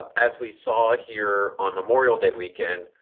as we saw here on memorial day weekend,